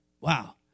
Wow